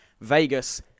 Vegas